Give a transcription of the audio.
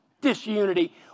disunity